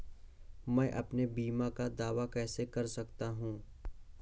मैं अपने बीमा का दावा कैसे कर सकता हूँ?